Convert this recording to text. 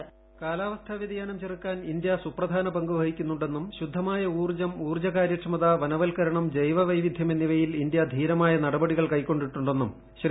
voice കാലാവസ്ഥാ വ്യതിയാനം ചെറുക്കാൻ ഇന്ത്യ സുപ്രധാന പങ്ക് വഹിക്കുന്നുണ്ടെന്നും ശുദ്ധമായ ഊർജ്ജം ഊർജ്ജ കാര്യക്ഷമത വനവൽക്കരണം ജൈവ വൈവിധ്യം എന്നിവയിൽ ഇന്ത്യ ധീരമായ നടപടികൾ കൈക്കൊണ്ടിട്ടുണ്ടെന്നും ശ്രീ